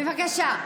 בבקשה.